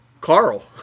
Carl